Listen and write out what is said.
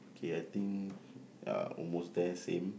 K I think uh almost there same